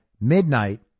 midnight